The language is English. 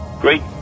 great